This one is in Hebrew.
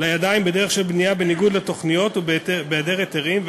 לידיים בדרך של בנייה בניגוד לתוכניות ובהיעדר היתרים,